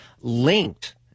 linked